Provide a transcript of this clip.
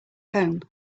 home